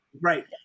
Right